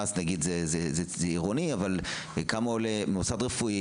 למשל מוסד רפואי,